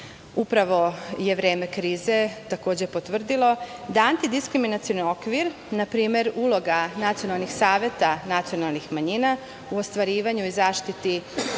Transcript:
rad. Upravo je vreme krize takođe potvrdilo da antidiskriminacioni okvir, na primer uloga nacionalnih saveta nacionalnih manjina u ostvarivanju i zaštiti